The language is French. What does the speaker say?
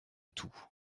tout